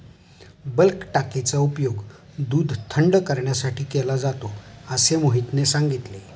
bulk टाकीचा उपयोग दूध थंड करण्यासाठी केला जातो असे मोहितने सांगितले